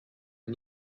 and